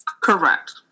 Correct